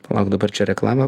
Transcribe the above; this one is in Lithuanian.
palauk dabar čia reklamą